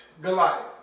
Goliath